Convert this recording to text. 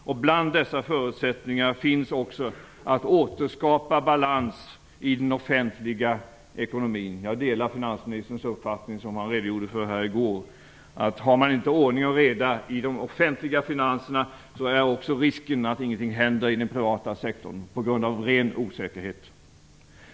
En av dessa förutsättningar är också att återskapa balans i den offentliga ekonomin. Jag delar finansministerns uppfattning, som han redogjorde för här i går, att har man inte ordning och reda i de offentliga finanserna, så finns också risken att ingenting händer i den privata sektorn, på grund av ren osäkerhet.